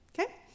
okay